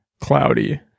cloudy